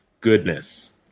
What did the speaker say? goodness